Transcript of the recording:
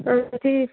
اَہَن حظ ٹھیٖک